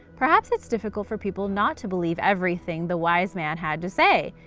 perhaps it's difficult for people not to believe everything the wise man had to say.